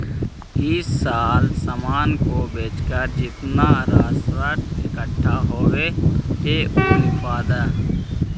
इस साल सामान को बेचकर जितना राजस्व इकट्ठा होलो हे उ लिखवा द